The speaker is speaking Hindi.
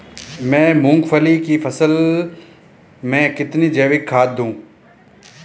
मैं मूंगफली की फसल में कितनी जैविक खाद दूं?